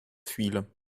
viele